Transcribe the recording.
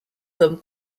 hommes